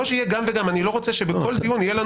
לא, כי יש שלושה נושאים היום.